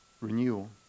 Renewal